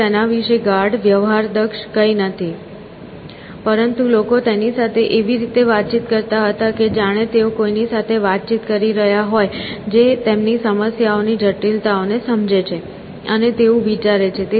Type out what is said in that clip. તે તેના વિશે ગાઢ વ્યવહારદક્ષ કંઈ નથી પરંતુ લોકો તેની સાથે એવી રીતે વાતચીત કરતા હતા જાણે કે તેઓ કોઈની સાથે વાતચીત કરી રહ્યા હોય જે તેમની સમસ્યાઓની જટિલતાઓને સમજે છે અને તેવું વિચારે છે